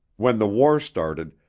when the war started,